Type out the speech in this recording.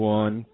one